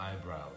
eyebrows